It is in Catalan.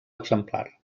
exemplar